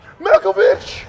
Malkovich